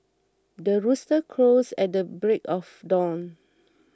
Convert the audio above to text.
the rooster crows at the break of dawn